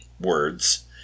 words